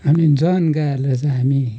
हामी जवान गाईहरूलाई चाहिँ हामी